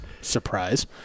Surprise